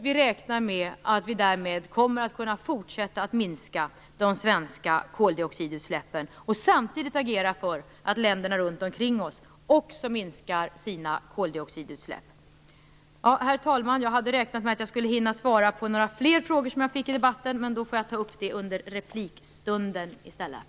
Vi räknar med att vi därmed kommer att kunna fortsätta minska de svenska koldioxidutsläppen och samtidigt agera för att länderna runt omkring oss också minskar sina koldioxidutsläpp. Herr talman! Jag hade räknat med att jag skulle hinna svara på några fler frågor som jag fick i debatten, men jag får ta upp dem under replikstunden i stället.